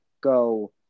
go